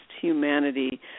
humanity